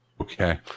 okay